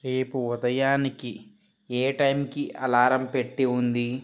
రేపు ఉదాయానికి ఏ టైంకి అలారం పెట్టి ఉంది